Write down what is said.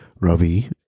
Ravi